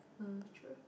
mm true